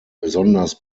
besonders